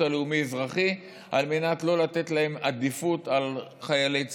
הלאומי-אזרחי על מנת לא לתת להם עדיפות על חיילי צה"ל.